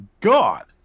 god